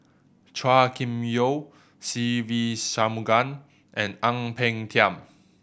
Chua Kim Yeow Se Ve Shanmugam and Ang Peng Tiam